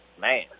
man